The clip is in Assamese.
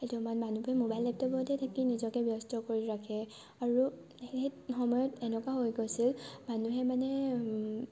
সেইটো সময়ত মানুহে মবাইল লেপটপতে থাকি নিজকে ব্যস্ত কৰি ৰাখে আৰু সেই সময়ত এনেকুৱা হৈ গৈছে মানুহে মানে